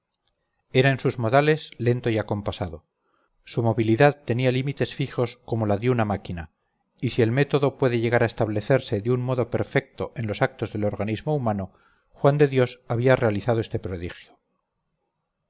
era en sus modales lentoy acompasado su movilidad tenía límites fijos como la de una máquina y si el método puede llegar a establecerse de un modo perfecto en los actos del organismo humano juan de dios había realizado este prodigio